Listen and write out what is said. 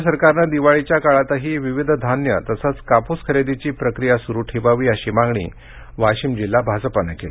राज्य सरकारनं दिवाळीच्या काळातही विविध धान्य तसंच कापूस खरेदीची प्रक्रिया सुरु ठेवावी अशी मागणी वाशिम जिल्हा भाजपानं केली